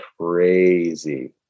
crazy